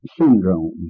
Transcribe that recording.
Syndrome